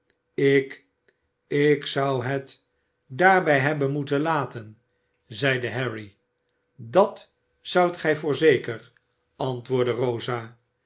ik ik zou het daarbij hebben moeten laten zeide harry dat zoudt gij voorzeker antwoordde rosa